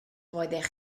roeddech